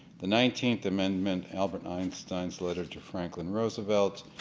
the nineteenth amendment, ah but einstein's letter to franklin roosevelt,